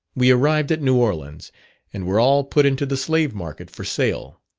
we arrived at new orleans and were all put into the slave-market for sale.